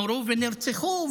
נורו ונרצחו,